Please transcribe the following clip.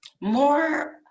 more